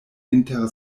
inter